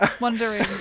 Wondering